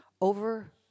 over